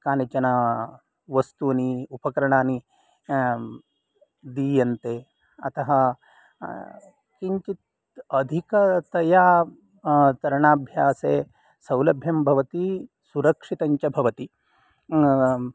कानिचन वस्तूनि उपकरणानि दीयन्ते अतः किञ्चित् अधिकतया तरणाभ्यासे सौलभ्यं भवति सुरक्षितञ्च भवति